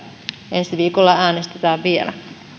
ensi viikolla äänestetään vielä